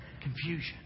Confusion